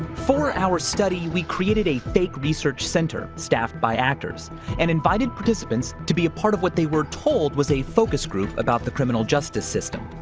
for our study, we created a fake research center staffed by actors and invited participants to be a part of what they were told was a focus group about the criminal justice system.